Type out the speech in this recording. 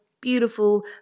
beautiful